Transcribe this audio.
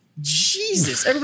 Jesus